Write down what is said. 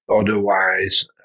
otherwise